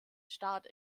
start